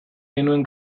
genuen